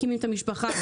מקימים משפחה,